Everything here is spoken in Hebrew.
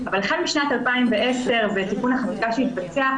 אבל החל משנת 2010 ותיקון החקיקה שהתבצע,